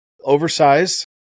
oversized